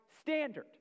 standard